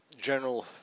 general